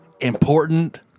important